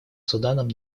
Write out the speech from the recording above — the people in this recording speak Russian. суданом